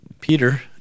Peter